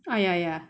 ah ya ya